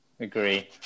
Agree